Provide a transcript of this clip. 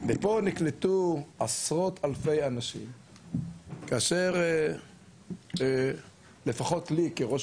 ופה נקלטו עשרות אלפי אנשים כאשר לפחות לי כראש